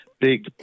big